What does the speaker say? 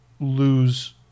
lose